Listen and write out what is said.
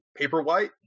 Paperwhite